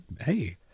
hey